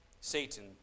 Satan